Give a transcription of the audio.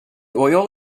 oil